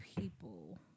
people